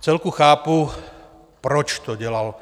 Vcelku chápu, proč to dělal.